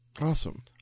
Awesome